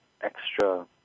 extra